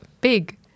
big